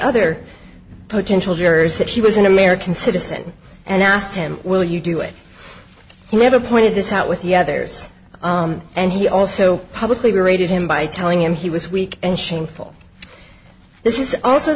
other potential jurors that he was an american citizen and asked him will you do it he never pointed this out with the others and he also publicly rated him by telling him he was weak and shameful this is also